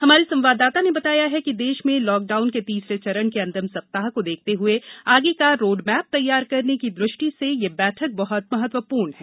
हमारे संवाददाता ने बताया है कि देश में लॉकडाउन के तीसरे चरण के अंतिम सप्ताह को देखते हए आगे का रोडमैप तैयार करने की दृष्टि से यह बैठक बहत महत्वपूर्ण है